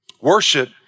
Worship